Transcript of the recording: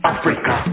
Africa